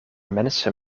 mensen